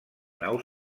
nau